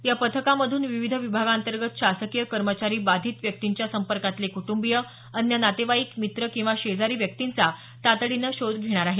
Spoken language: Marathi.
या पथकांमधून विविध विभागातंर्गत शासकीय कर्मचारी बाधित व्यक्तींच्या संपर्कातले कुटुंबिय अन्य नातेवाईक मित्र किंवा शेजारी व्यक्तींचा तातडीने शोध घेणार आहेत